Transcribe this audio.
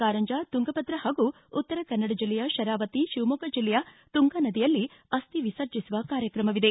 ಕಾರಂಜಾ ತುಂಗಭದ್ರಾ ಹಾಗೂ ಉತ್ತರ ಕನ್ನಡ ಜಿಲ್ಲೆಯ ಶರಾವತಿ ಶಿವಮೊಗ್ಗ ಜಿಲ್ಲೆಯ ತುಂಗಾ ನದಿಯಲ್ಲಿ ಅಸ್ಟಿ ವಿಸರ್ಜಿಸುವ ಕಾರ್ಯಕ್ರಮವಿದೆ